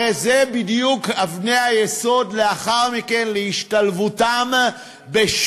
הרי אלה בדיוק אבני היסוד להשתלבותם לאחר